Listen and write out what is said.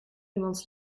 iemands